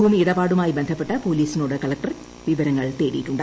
ഭൂമിയിടപാടുമായി ബന്ധപ്പെട്ട് പോലീസിനോട് കളക്ടർ വിവരങ്ങൾ തേടിയിട്ടുണ്ട്